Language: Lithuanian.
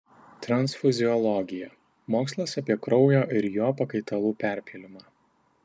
transfuziologija mokslas apie kraujo ir jo pakaitalų perpylimą